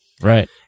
Right